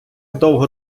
довго